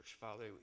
Father